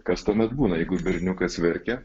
kas tuomet būna jeigu berniukas verkia